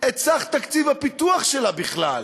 את סך תקציב הפיתוח שלה בכלל?